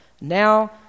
Now